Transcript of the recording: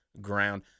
ground